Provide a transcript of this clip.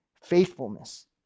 faithfulness